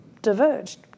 diverged